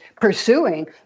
pursuing